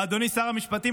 ואדוני שר המשפטים,